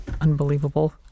unbelievable